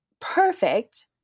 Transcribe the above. perfect